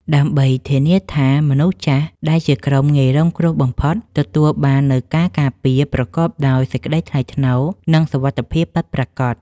ដើម្បីធានាថា មនុស្សចាស់ដែលជាក្រុមងាយរងគ្រោះបំផុត ទទួលបាននូវការការពារប្រកបដោយសេចក្តីថ្លៃថ្នូរ និងសុវត្ថិភាពពិតប្រាកដ។